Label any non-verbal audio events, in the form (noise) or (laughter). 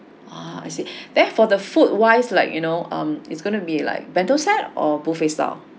ah I see (breath) therefore the food wise like you know um it's gonna be like bento set or buffet style